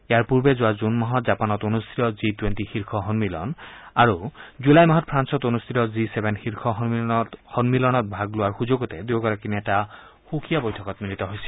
ইয়াৰ পূৰ্বে যোৱা জুন মাহত জাপানত অনুষ্ঠিত জি টুৱেণ্ট শীৰ্ষ সম্মিলন আৰু জুলাই মাহত ফ্ৰান্সত অনুষ্ঠিত জি চেভেন শীৰ্ষ সম্মিলনত ভাগ লোৱাৰ সুযোগতে দুয়োগৰাকী নেতা সুকীয়া বৈঠকত মিলিত হৈছিল